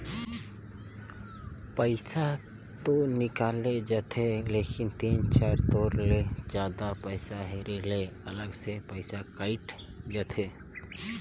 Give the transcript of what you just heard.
पइसा तो निकल जाथे लेकिन तीन चाएर तोर ले जादा पइसा हेरे ले अलग से पइसा कइट जाथे